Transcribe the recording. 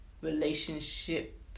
relationship